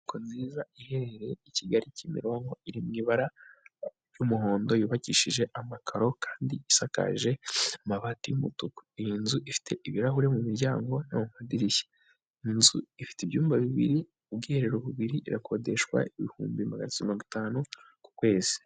Inyubako nziza iherereye i Kigali Kimironko iri mu ibara ry'umuhondo yubakishije amakaro kandi isakaje amabati y'umutuku, iyo nzu ifite ibirahure mu miryango no mu madirishya, inzu ifite ibyumba bibiri ubwiherero bubiri irakodeshwa ibihumbi magana atatu mirongo itanu ku kwezi.